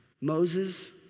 Moses